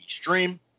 stream